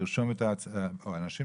אני אבקש מהשר או מאנשיו